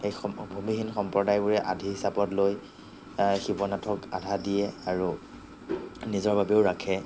সেই সম ভূমিহীন সম্প্ৰদায়বোৰে আধি হিচাপত লৈ শিৱনাথক আধা দিয়ে আৰু নিজৰ বাবেও ৰাখে